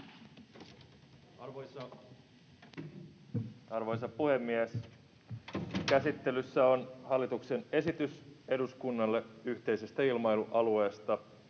Arvoisa puhemies! Käsittelyssä on hallituksen esitys eduskunnalle yhteisestä ilmailualueesta